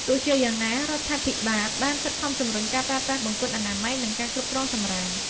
ទោះយ៉ាងណា រដ្ឋាភិបាលបានខិតខំជំរុញការប្រើប្រាស់បង្គន់អនាម័យ និងការគ្រប់គ្រងសំរាម។